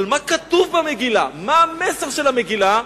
אבל לא להתעסק במה שכתוב במגילה ומה המסר של המגילה.